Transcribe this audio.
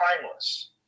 timeless